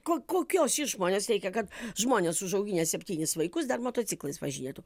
ko kokios išmonės reikia kad žmonės užauginę septynis vaikus dar motociklais važinėtų